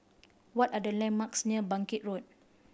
what are the landmarks near Bangkit Road